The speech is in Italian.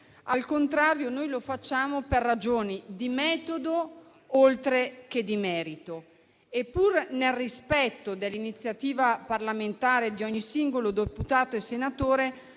al contrario, per ragioni di metodo oltre che di merito. Pur nel rispetto dell'iniziativa parlamentare di ogni singolo deputato e senatore,